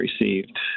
received